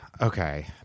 Okay